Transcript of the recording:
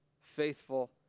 faithful